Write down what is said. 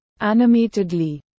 Animatedly